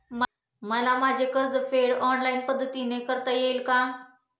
मला माझे कर्जफेड ऑनलाइन पद्धतीने करता येईल का?